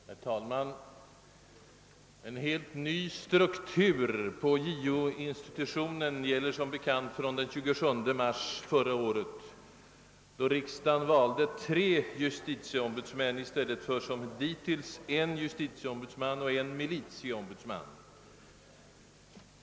Herr talman! En helt ny struktur på JO-institutionen gäller som bekant från den 27 mars förra året, då riksdagen valde tre justitieombudsmän i stället för som hittills en justitieombudsman och en militieombudsman.